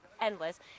endless